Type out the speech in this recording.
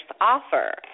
offer